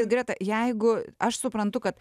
greta jeigu aš suprantu kad